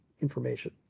information